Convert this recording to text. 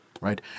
right